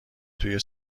توی